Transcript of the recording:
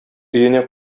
өенә